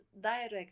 direct